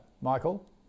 Michael